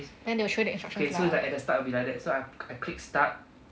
then they will show the instructions lah